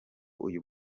uyu